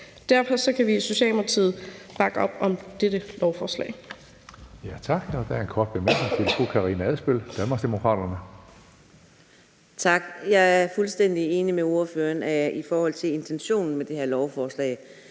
Derfor kan vi i Socialdemokratiet bakke op om dette lovforslag.